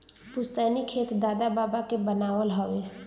पुस्तैनी खेत दादा बाबा के बनावल हवे